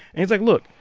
and he's like, look.